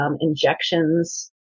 injections